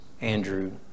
Andrew